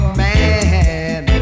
man